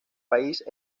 país